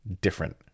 different